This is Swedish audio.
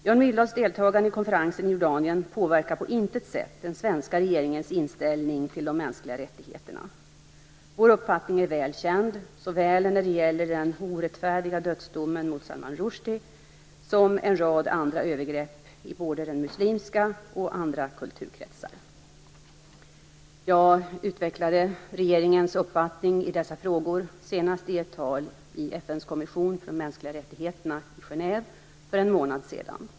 Jan Myrdals deltagande i konferensen i Jordanien påverkar på intet sätt den svenska regeringens inställning till de mänskliga rättigheterna. Vår uppfattning är väl känd när det gäller såväl den orättfärdiga dödsdomen mot Rushdie som en rad andra övergrepp i både den muslimska och andra kulturkretsar. Jag utvecklade regeringens uppfattning i dessa frågor senast i ett tal i FN:s kommission för de mänskliga rättigheterna i Genève för en månad sedan.